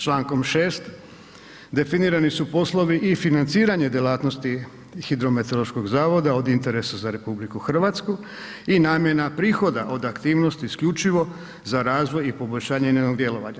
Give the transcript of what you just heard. Člankom 6. definirani su poslovi i financiranje djelatnosti hidrometeorološkog zavoda od interesa za RH i namjena prihoda od aktivnosti isključivo za razvoj i poboljšanje njenog djelovanja.